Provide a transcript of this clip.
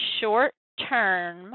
short-term